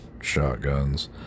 shotguns